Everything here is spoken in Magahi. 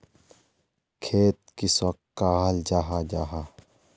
खेत किसोक कहाल जाहा जाहा?